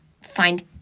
find